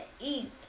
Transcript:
eat